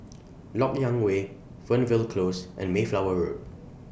Lok Yang Way Fernvale Close and Mayflower Road